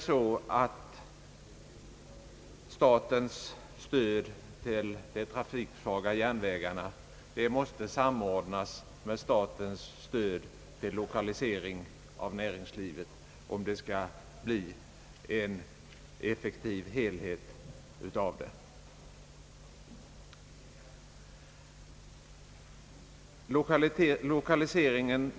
Statens stöd till de trafiksvaga järnvägarna måste samordnas med statens stöd till näringslivets lokalisering, om det skall bli en effektiv helhet av samhällsinsatserna.